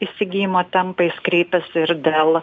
įsigijimo tempais kreipiasi ir dėl